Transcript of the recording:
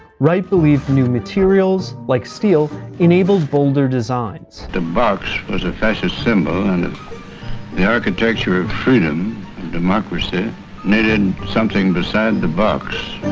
wright believed new materials, like steel, enabled bolder designs. the box was a fascist symbol and and the architecture of freedom and democracy needed something beside the box.